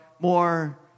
more